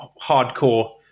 hardcore